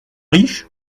riches